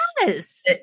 yes